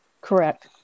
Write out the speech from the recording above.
Correct